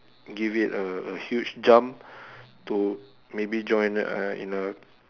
give it a a huge jump to maybe join a in a